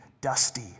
dusty